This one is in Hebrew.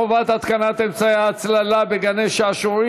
חובת התקנת אמצעי הצללה בגני-שעשועים),